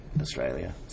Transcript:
Australia